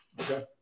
Okay